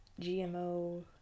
GMO